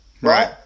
Right